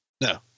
No